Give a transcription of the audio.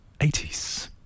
80s